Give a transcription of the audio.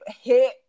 hit